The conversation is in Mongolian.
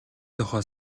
тухай